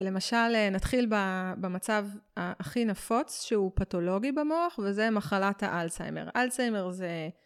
למשל נתחיל במצב הכי נפוץ שהוא פתולוגי במוח וזה מחלת האלצהיימר. אלצהיימר זה...